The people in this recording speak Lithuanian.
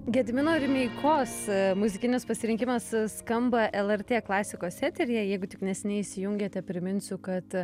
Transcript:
gedimino rimeikos muzikinis pasirinkimas skamba lrt klasikos eteryje jeigu tik neseniai įsijungėte priminsiu kad